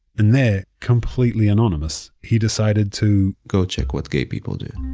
and there, completely anonymous, he decided to, go check what gay people do.